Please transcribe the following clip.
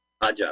Aja